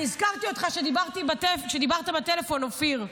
אני הזכרתי אותך כשדיברת בטלפון, אופיר,